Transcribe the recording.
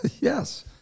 Yes